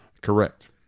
Correct